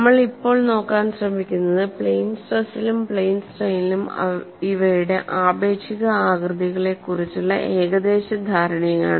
നമ്മൾ ഇപ്പോൾ നോക്കാൻ ശ്രമിക്കുന്നത് പ്ലെയ്ൻ സ്ട്രെസിലും പ്ലെയ്ൻ സ്ട്രെയ്നിലും ഇവയുടെ ആപേക്ഷിക ആകൃതികളെക്കുറിച്ചുള്ള ഏകദേശ ധാരണയാണ്